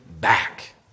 back